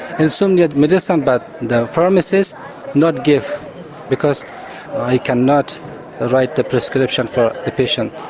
anti-insomnia medicine, but the pharmacist not give because i cannot write the prescription for the patient.